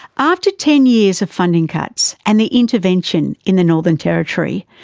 after ten years of funding cuts and the intervention in the northern territory,